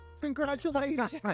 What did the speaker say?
Congratulations